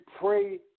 pray